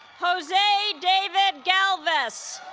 jose david galvis